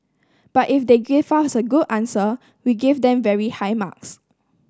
but if they give us a good answer we give them very high marks